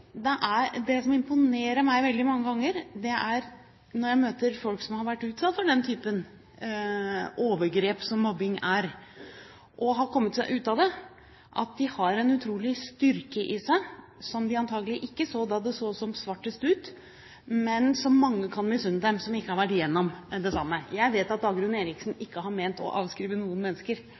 når jeg møter folk som har vært utsatt for den typen overgrep som mobbing er, og har kommet seg ut av det, er at de har en utrolig styrke i seg som de antakelig ikke så da det så som svartest ut, men som mange, som ikke har vært gjennom det samme, kan misunne dem. Jeg vet at Dagrun Eriksen ikke har ment å avskrive noen mennesker